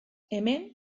hemen